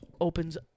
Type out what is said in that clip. opens